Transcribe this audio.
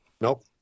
Nope